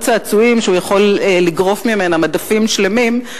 צעצועים שהוא יכול לגרוף ממנה מדפים שלמים,